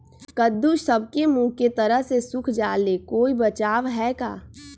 कददु सब के मुँह के तरह से सुख जाले कोई बचाव है का?